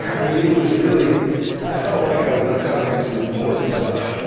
i mean, it was really i felt like i was uncovering some important stuff,